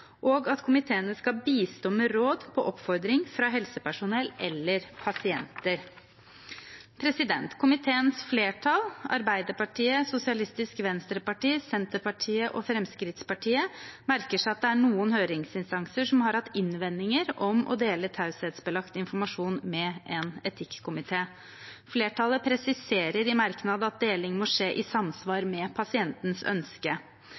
og at komiteene skal bistå med råd på oppfordring fra helsepersonell eller pasienter. Komiteens flertall, Arbeiderpartiet, Sosialistisk Venstreparti, Senterpartiet og Fremskrittspartiet, merker seg at det er noen høringsinstanser som har hatt innvendinger mot å dele taushetsbelagt informasjon med en etikkomité. Flertallet presiserer i merknad at deling må skje i